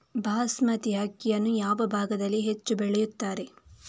ಬಾಸ್ಮತಿ ಅಕ್ಕಿಯನ್ನು ಯಾವ ಭಾಗದಲ್ಲಿ ಹೆಚ್ಚು ಬೆಳೆಯುತ್ತಾರೆ?